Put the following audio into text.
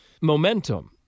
momentum